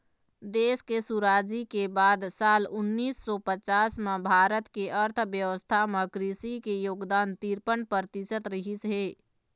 देश के सुराजी के बाद साल उन्नीस सौ पचास म भारत के अर्थबेवस्था म कृषि के योगदान तिरपन परतिसत रहिस हे